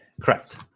Correct